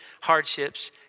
hardships